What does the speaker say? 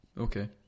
Okay